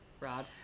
rod